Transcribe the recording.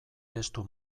testu